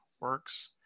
Works